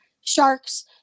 sharks